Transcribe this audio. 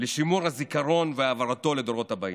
לשימור הזיכרון והעברתו לדורות הבאים,